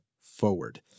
forward